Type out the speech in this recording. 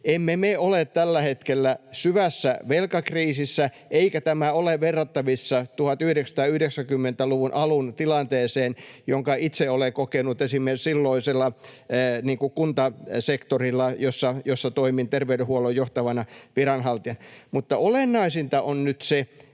emme me ole tällä hetkellä syvässä velkakriisissä eikä tämä ole verrattavissa 1990-luvun alun tilanteeseen, jonka itse olen kokenut esimerkiksi silloisella kuntasektorilla, jossa toimin terveydenhuollon johtavana viranhaltijana. Olennaisinta on nyt se,